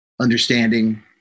understanding